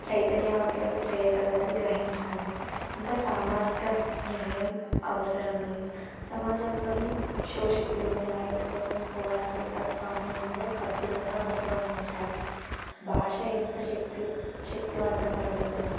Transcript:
చైతన్యవంతులను చేయగలదని గ్రహించాను ఇంకా సామాజిక న్యాయం అవసరమని సమాజంలోని శోషితులు న్యాయం కోసం పోరాడే తత్వాన్ని ఇందులో అద్భుతంగా ప్రతిబంబించారు భాష ఎంత శక్తి శక్తివంతమైనదని